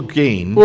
gain